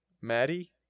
Maddie